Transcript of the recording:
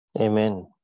Amen